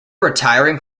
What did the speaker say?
retiring